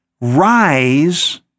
rise